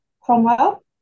Cromwell